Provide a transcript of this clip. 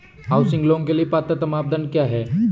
Housing loan के लिए पात्रता मानदंड क्या हैं?